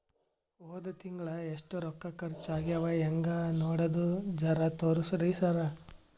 ಹೊದ ತಿಂಗಳ ಎಷ್ಟ ರೊಕ್ಕ ಖರ್ಚಾ ಆಗ್ಯಾವ ಹೆಂಗ ನೋಡದು ಜರಾ ತೋರ್ಸಿ ಸರಾ?